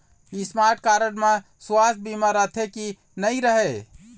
Smart card म सुवास्थ बीमा रथे की नई रहे?